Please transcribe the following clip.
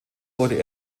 wurde